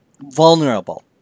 vulnerable